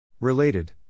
Related